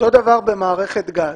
אותו דבר במערכת גז,